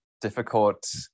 difficult